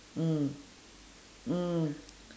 mm mm